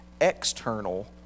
External